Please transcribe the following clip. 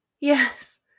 Yes